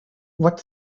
what